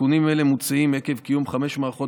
תיקונים אלה מוצעים עקב קיום חמש מערכות